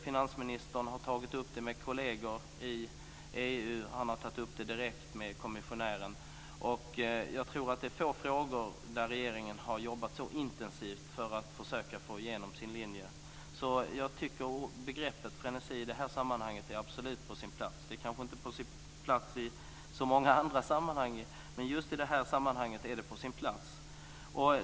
Finansministern har tagit upp detta med kolleger i EU och direkt med kommissionären. Jag tror att det finns få frågor där regeringen har jobbat så intensivt för att försöka få igenom sin linje. Jag tycker därför att begreppet frenesi i det här sammanhanget absolut är på sin plats. Det kanske inte är det i så många andra sammanhang, men just i det här sammanhanget är det på sin plats.